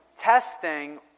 testing